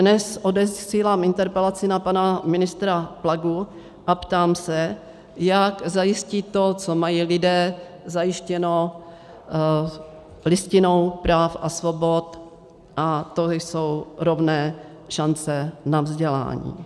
Dnes odesílám interpelaci na pana ministra Plagu a ptám se, jak zajistí to, co mají lidé zajištěno Listinou práv a svobod, a to jsou rovné šance na vzdělání.